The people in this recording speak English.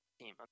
team